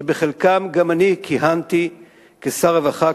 שבחלקן גם אני כיהנתי כשר הרווחה,